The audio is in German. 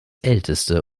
älteste